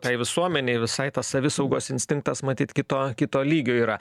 tai visuomenei visai tas savisaugos instinktas matyt kito kito lygio yra